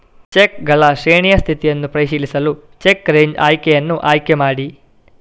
ಚೆಕ್ಗಳ ಶ್ರೇಣಿಯ ಸ್ಥಿತಿಯನ್ನು ಪರಿಶೀಲಿಸಲು ಚೆಕ್ ರೇಂಜ್ ಆಯ್ಕೆಯನ್ನು ಆಯ್ಕೆ ಮಾಡಿ